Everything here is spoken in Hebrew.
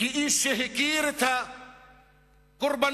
כאיש שהכיר את הקורבנות